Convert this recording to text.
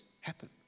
happen